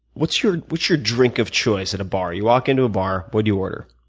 what's your what's your drink of choice at a bar? you walk into a bar, what do you order?